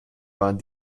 waren